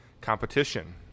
competition